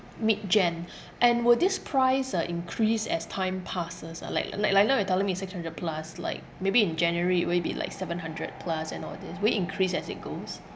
mid jan and will this price uh increase as time passes ah like like like now you're telling me is six hundred plus like maybe in january will it be like seven hundred plus and all these will it increase as it goes